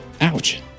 Ouch